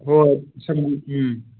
ꯍꯣꯏ ꯎꯝ